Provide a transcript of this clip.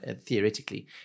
theoretically